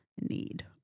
need